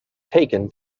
taken